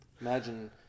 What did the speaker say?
Imagine